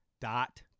dot